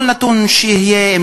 כל נתון שיהיה,